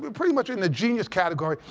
but pretty much in the genius category,